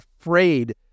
afraid